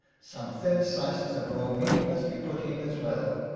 some thin slices of raw meat must be put in as well,